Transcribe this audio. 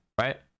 right